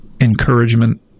encouragement